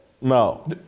No